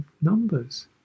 numbers